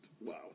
wow